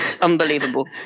Unbelievable